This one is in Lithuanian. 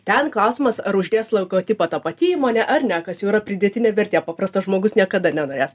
ten klausimas ar uždės logotipą ta pati įmonė ar ne kas jau yra pridėtinė vertė paprastas žmogus niekada nenorės